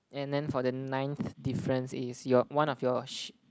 and then for the ninth difference is your one of your sh~